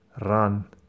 Run